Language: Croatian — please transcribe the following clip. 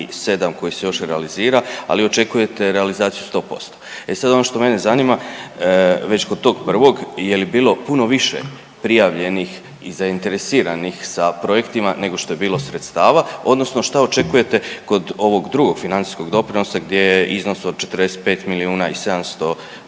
kojih se još realizira, ali očekujete realizaciju sto posto. E sad ono što mene zanima već kod tog prvo je li bilo puno više prijavljenih i zainteresiranih sa projektima nego što je bilo sredstava, odnosno što očekujete kod ovog drugog financijskog doprinosa gdje je iznos od 45 milijuna i 700 000